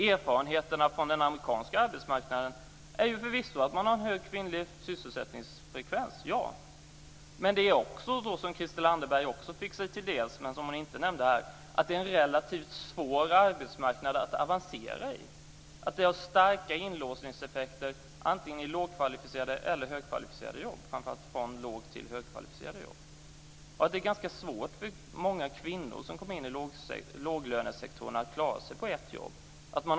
Erfarenheterna från den amerikanska arbetsmarknaden är ju förvisso att man har en hög kvinnlig sysselsättningsfrekvens. Men det är också så - som Christel Anderberg också fick sig till del, men som hon inte nämnde här - att det är en relativt svår arbetsmarknad att avancera på. Det finns starka inlåsningseffekter antingen i lågkvalificerade eller högkvalificerade jobb, och framför allt från låg till högkvalificerade jobb. Det är ganska svårt för många kvinnor som kommer in i låglönesektorerna att klara sig på ett jobb.